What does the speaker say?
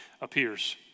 appears